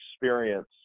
experience